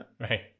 right